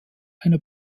einer